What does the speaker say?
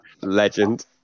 Legend